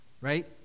Right